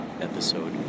episode